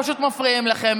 פשוט מפריעים לכם.